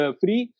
free